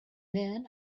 then